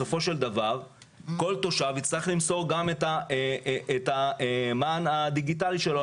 בסופו של דבר כל תושב יצטרך למסור גם את המען הדיגיטלי שלו.